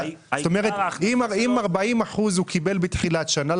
אם 40% הוא קיבל בתחילת השנה,